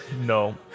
No